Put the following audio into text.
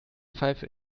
pfeife